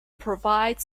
provide